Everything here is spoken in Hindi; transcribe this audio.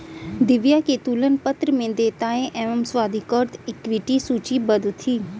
दिव्या के तुलन पत्र में देयताएं एवं स्वाधिकृत इक्विटी सूचीबद्ध थी